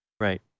Right